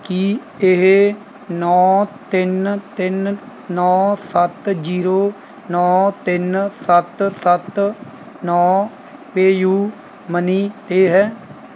ਕੀ ਇਹ ਨੌ ਤਿੰਨ ਤਿੰਨ ਨੌ ਸੱਤ ਜੀਰੋ ਨੌ ਤਿੰਨ ਸੱਤ ਸੱਤ ਨੌ ਪੇਯੂ ਮਨੀ 'ਤੇ ਹੈ